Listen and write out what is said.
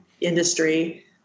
industry